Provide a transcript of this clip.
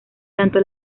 tanto